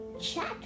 chat